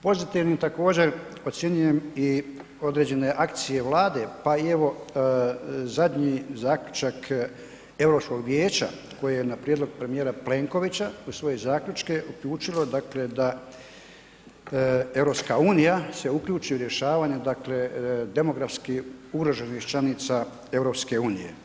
Pozitivnim također ocjenjujem i određene akcije Vlade, pa i evo zadnji zaključak Europskog vijeća koji je na prijedlog premijera Plenkovića uz svoje zaključke uključilo dakle da EU se uključi u rješavanje dakle demografski ugroženih članica EU.